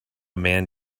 man